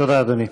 תודה, אדוני.